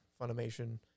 funimation